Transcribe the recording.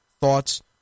thoughts